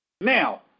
Now